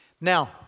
Now